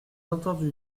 entendu